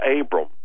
Abram